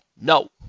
no